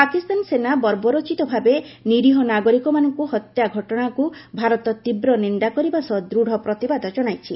ପାକିସ୍ତାନ ସେନା ବର୍ବରୋଚିତ ଭାବେ ନିରୀହ ନାଗରିକମାନଙ୍କୁ ହତ୍ୟା ଘଟଣାକୁ ଭାରତ ତୀବ୍ର ନିନ୍ଦା କରିବା ସହ ଦୂଢ଼ ପ୍ରତିବାଦ କଣାଇଛି